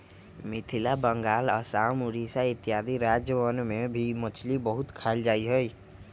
मिथिला बंगाल आसाम उड़ीसा इत्यादि राज्यवन में भी मछली बहुत खाल जाहई